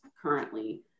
currently